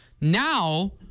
now